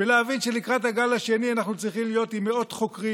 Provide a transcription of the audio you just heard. ולהבין שלקראת הגל השני אנחנו צריכים להיות עם מאות חוקרים